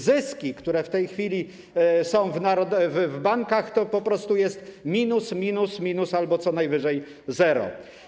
Zyski, które w tej chwili są w bankach, to po prostu jest minus, minus, minus albo co najwyżej zero.